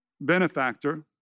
benefactor